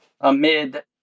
amid